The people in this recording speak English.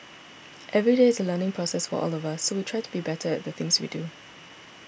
every day is a learning process for all of us so we try to be better at the things we do